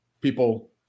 people